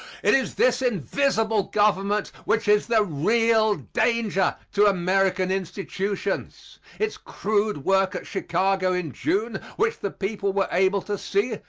it is this invisible government which is the real danger to american institutions. its crude work at chicago in june, which the people were able to see,